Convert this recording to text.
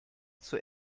zur